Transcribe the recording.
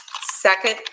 second